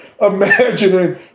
imagining